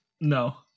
No